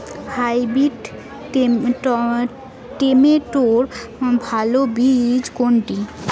Hybrid টমেটোর ভালো বীজ কোনটি?